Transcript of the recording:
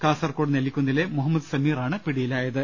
കാസർകോട് നെല്ലിക്കുന്നിലെ മുഹമ്മദ് സമീറാണ് പിടി യിലായത്